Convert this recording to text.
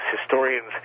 Historians